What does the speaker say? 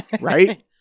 Right